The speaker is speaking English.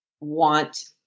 want